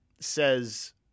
says